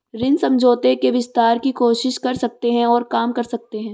ऋण समझौते के विस्तार की कोशिश कर सकते हैं और काम कर सकते हैं